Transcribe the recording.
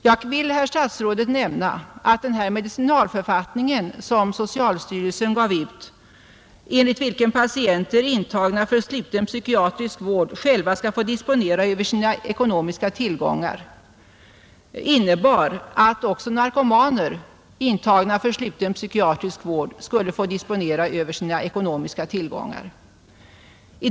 Jag vill, herr statsrådet, nämna att den medicinalförfattning som socialstyrelsen gav ut och enligt vilken patienter intagna för sluten psykiatrisk vård själva skall få disponera över sina ekonomiska tillgångar innebar att också narkomaner intagna för sluten psykiatrisk vård skulle få disponera över sina ekonomiska tillgångar.